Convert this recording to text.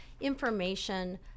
information